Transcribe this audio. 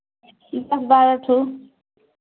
दस बारह ठो